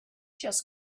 just